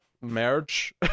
merge